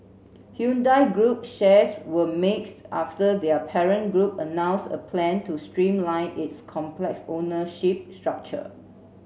Hyundai Group shares were mixed after their parent group announced a plan to streamline its complex ownership structure